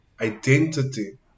identity